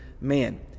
man